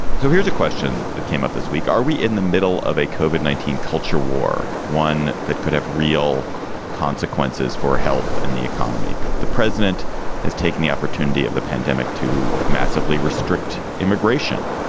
so here's a question that came up this week, are we in the middle of a covered nineteen culture war, one that could have real consequences for health and the economy? the president has taken the opportunity of the pandemic to massively restrict immigration.